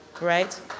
Right